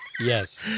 Yes